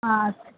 আচ্ছা